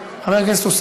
חברת הכנסת תמר זנדברג,